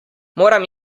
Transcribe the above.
moram